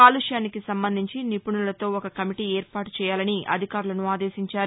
కాలుష్యానికి సంబంధించి నిపుణులతో ఒక కమిటీ ఏర్పాటు చేయాలని అధికారులను ఆదేశించారు